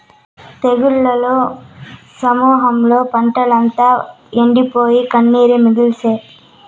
తెగుళ్ల సమూహంతో పంటంతా ఎండిపోయి, కన్నీరే మిగిల్సే